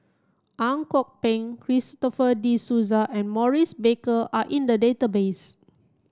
Ang Kok Peng Christopher De Souza and Maurice Baker are in the database